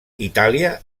itàlia